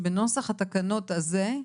שבנוסח התקנות הזה,